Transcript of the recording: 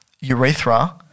urethra